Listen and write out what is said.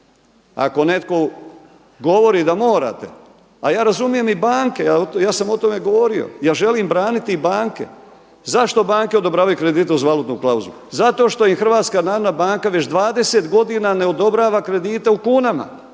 Ako netko govori da morate, a ja razumijem i banke. Ja sam o tome govorio, ja želim braniti i banke. Zašto banke odobravaju kredite uz valutnu klauzulu? Zato što im Hrvatska narodna banka već 20 godina ne odobrava kredite u kunama.